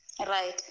Right